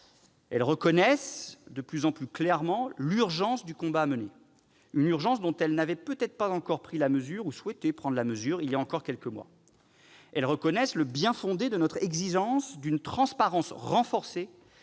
Elles reconnaissent de plus en plus clairement l'urgence du combat à mener- une urgence dont elles n'avaient peut-être pas encore pris ou souhaité prendre la mesure il y a encore quelques mois. Elles reconnaissent le bien-fondé de notre exigence d'une transparence renforcée